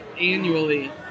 annually